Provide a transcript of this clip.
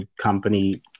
company